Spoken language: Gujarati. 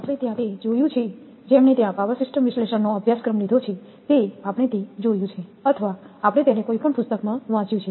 તેથી આપણે ત્યાં તે જોયું છે જેમણે ત્યાં પાવર સિસ્ટમ વિશ્લેષણનો અભ્યાસક્રમ લીધો છે તે આપણે તે જોયું છે અથવા આપણે તેને કોઈ પણ પુસ્તકમાં વાંચ્યું છે